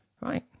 Right